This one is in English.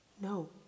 no